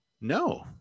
no